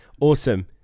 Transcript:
awesome